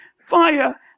fire